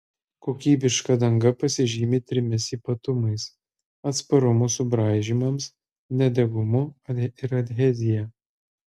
kokybiška danga pasižymi trimis ypatumais atsparumu subraižymams nedegumu ir adhezija